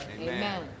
Amen